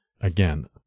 Again